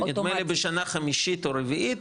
נדמה לי בשנה חמישית או רביעית,